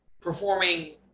performing